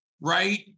right